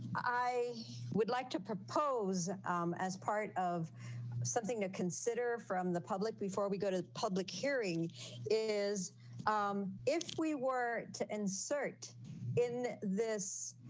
would like to propose as part of something to consider from the public. before we go to public hearing is um if we were to insert in this